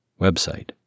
Website